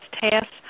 tests